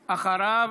אחריו?